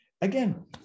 again